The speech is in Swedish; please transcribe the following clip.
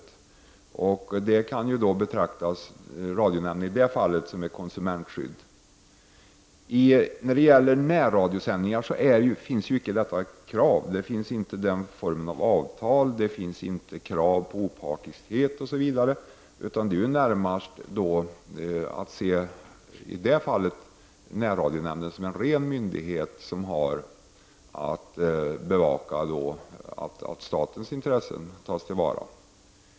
Radionämnden kan i det fallet betraktas som ett konsumentskydd. När det gäller närradiosändningar finns inte detta krav. Det finns inte den här formen av avtal. Det finns inte heller krav på opartiskhet osv. I det fallet kan man se närradionämnden som en ren myndighet som har att bevaka att statens intressen tas till vara.